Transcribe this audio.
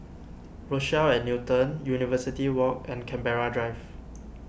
Rochelle at Newton University Walk and Canberra Drive